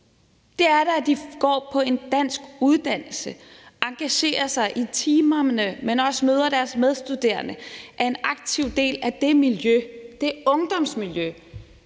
Det er da, at de går på en dansk uddannelse, engagerer sig i timerne, men også møder deres medstuderende, altså er en aktiv del af det miljø – det ungdomsmiljø,